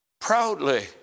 proudly